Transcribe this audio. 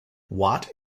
watt